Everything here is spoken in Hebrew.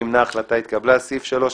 הצבעה בעד,